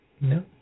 No